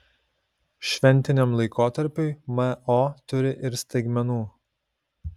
šventiniam laikotarpiui mo turi ir staigmenų